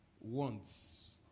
wants